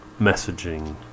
messaging